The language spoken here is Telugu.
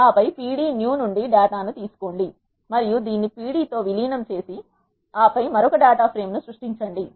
ఆపై p d new నుండి డేటాను తీసుకోండి మరియు దీన్ని p d తో విలీనం చేసి ఆపై మరొక డేటా ఫ్రేమ్ ను సృష్టించండి